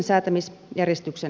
arvoisa puhemies